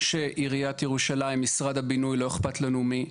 שעיריית ירושלים, משרד הבינוי, לא אכפת לנו מי,